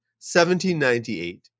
1798